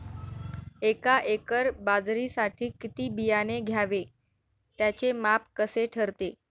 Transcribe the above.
एका एकर बाजरीसाठी किती बियाणे घ्यावे? त्याचे माप कसे ठरते?